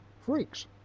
freaks